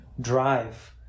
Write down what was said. drive